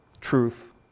truth